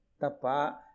Tapa